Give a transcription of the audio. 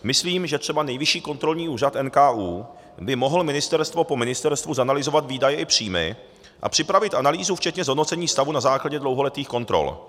Myslím, že třeba Nejvyšší kontrolní úřad, NKÚ, by mohl ministerstvo po ministerstvu zanalyzovat výdaje i příjmy a připravit analýzu včetně zhodnocení stavu na základě dlouholetých kontrol.